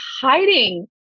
hiding